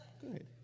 good